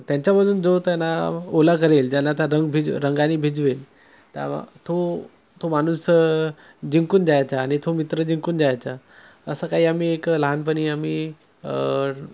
त्यांच्यामधून जो त्यांना ओला करेल ज्यांना त्या रंग भिज रंगानी भिजवेल त्या तो तो माणूस जिंकून द्यायचा आणि तो मित्र जिंकून द्यायचा असं काही आम्ही एक लहानपणी आम्ही